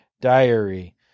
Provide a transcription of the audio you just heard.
diary